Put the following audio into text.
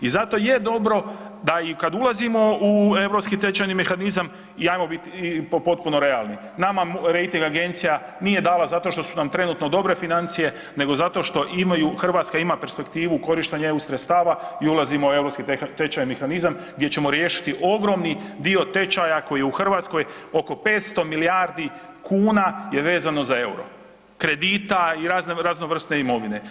I zato je dobro da i kad ulazimo u europski tečajni mehanizam i ajmo biti potpuno realni, nama Rejting agencija nije dala zato što su nam trenutno dobre financije nego zato što imaju, Hrvatska ima perspektivu korištenja EU sredstva i ulazimo u Europski tečajni mehanizam gdje ćemo riješiti ogromni dio tečaja koji je u Hrvatskoj oko 500 milijardi kuna je vezano za EUR-o, kredita i razno, raznovrsne imovine.